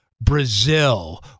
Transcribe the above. Brazil